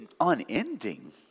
unending